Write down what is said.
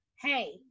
hey